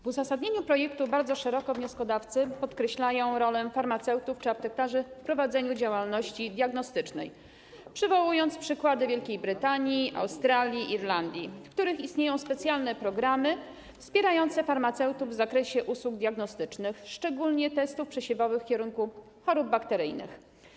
W uzasadnieniu projektu wnioskodawcy bardzo szeroko podkreślają rolę farmaceutów czy aptekarzy w prowadzeniu działalności diagnostycznej, przywołując przykłady Wielkiej Brytanii, Australii czy Irlandii, w których istnieją specjalne programy wspierające farmaceutów w zakresie usług diagnostycznych, szczególnie testów przesiewowych w kierunku chorób bakteryjnych.